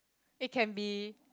it can be